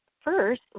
first